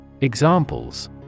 Examples